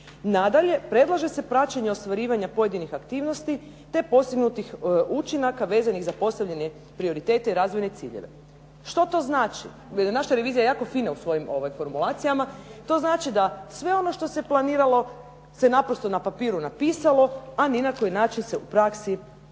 Nadalje, predlaže se praćenje ostvarivanja pojedinih aktivnosti te postignutih učinaka vezanih za postavljene prioritete i razvojne ciljeve. Što to znači? Jer je naša revizija jako fina u svojim formulacijama. To znači da sve ono što se planiralo se naprosto na papiru napisalo a ni na koji način se u praksi ne provodi.